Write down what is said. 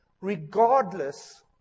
regardless